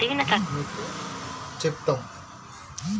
దూరం మార్కెట్ కు పంట ను ఎలా పంపించాలి?